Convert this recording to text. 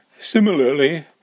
Similarly